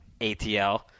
ATL